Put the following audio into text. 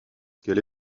qu’elle